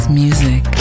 music